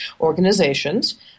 organizations